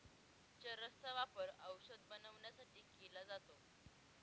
चरस चा वापर औषध बनवण्यासाठी केला जातो